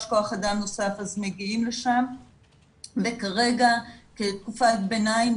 כוח אדם נוסף אז מגיעים לשם כרגע כתקופת הביניים.